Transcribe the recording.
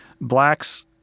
Blacks